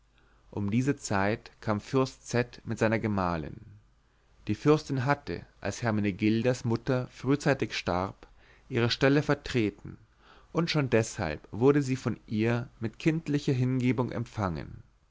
um diese zeit kam fürst z mit seiner gemahlin die fürstin hatte als hermenegildas mutter frühzeitig starb ihre stelle vertreten und schon deshalb wurde sie von ihr mit kindlicher hingebung empfangen